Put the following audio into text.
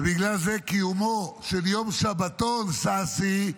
בגלל זה קיומו של יום שבתון, ששי,